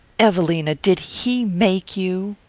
evelina, did he make you?